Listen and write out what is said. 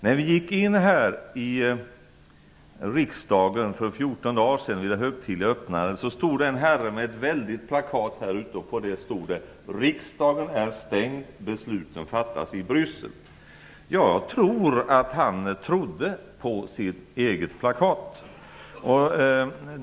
När vi gick in här i riksdagen för 14 dagar sedan, vid det högtidliga öppnandet, stod det en herre med ett väldigt plakat här. På det stod det: Riksdagen är stängd. Besluten fattas i Bryssel. Jag tror att han trodde på texten på sitt plakat.